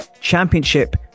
Championship